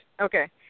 Okay